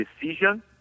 decision